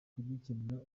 kugikemura